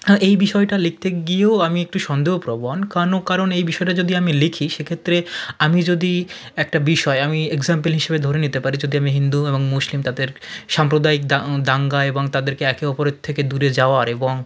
হ্যাঁ এই বিষয়টা লিখতে গিয়েও আমি একটু সন্দেহপ্রবণ কেন কারণ এই বিষয়টা যদি আমি লিখি সেক্ষেত্রে আমি যদি একটা বিষয় আমি এগজাম্পল হিসেবে ধরে নিতে পারি যদি আমি হিন্দু এবং মুসলিম তাদের সাম্প্রদায়িক দাঙ্গা এবং তাদেরকে একে অপরের থেকে দূরে যাওয়ার এবং